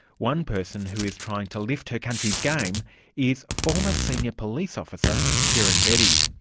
one person who is trying to lift her country's game is former senior police officer kiran bedi.